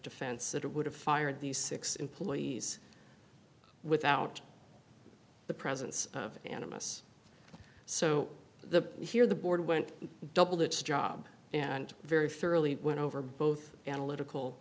defense that it would have fired these six employees without the presence of animus so the here the board went double its job and very thoroughly went over both analytical